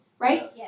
Right